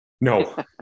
No